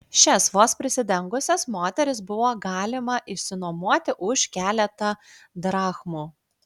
šias vos prisidengusias moteris buvo galima išsinuomoti už keletą drachmų